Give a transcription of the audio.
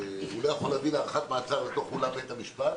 לא יכול להביא להארכת מעצר לתוך אולם בית-המשפט,